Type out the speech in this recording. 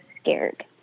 scared